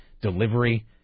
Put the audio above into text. delivery